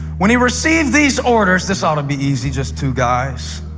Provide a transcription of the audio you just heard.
when he received these orders. this ought to be easy. just two guys,